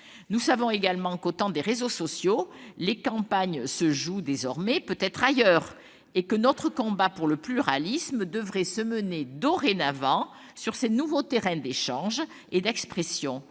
Nous savons également que, au temps des réseaux sociaux, les campagnes, désormais, se jouent peut-être ailleurs, et que notre combat pour le pluralisme devrait se mener dorénavant sur ces nouveaux terrains d'échange et d'expression.